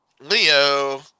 Leo